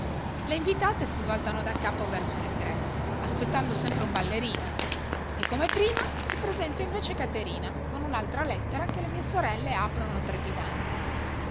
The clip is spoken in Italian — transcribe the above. le invitate si voltano daccapo verso l'ingresso aspettando sempre un ballerino e come prima si presenta invece caterina con un'altra lettera che le mie sorelle aprono trepidanti